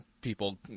people